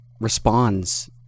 responds